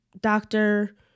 doctor